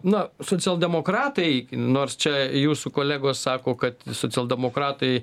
na socialdemokratai nors čia jūsų kolegos sako kad socialdemokratai